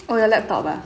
oh your laptop ah